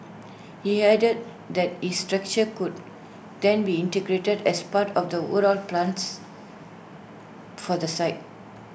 he added that the structure could then be integrated as part of the overall plans for the site